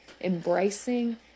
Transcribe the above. embracing